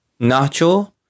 Nacho